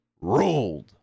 ruled